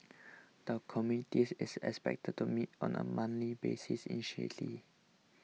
the committees is expected to meet on a monthly basis initially